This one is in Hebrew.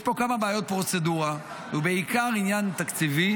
יש פה כמה בעיות פרוצדורה, ובעיקר עניין תקציבי,